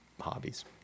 hobbies